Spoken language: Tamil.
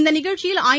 இந்த நிகழ்ச்சியில் ஐ